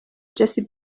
jessie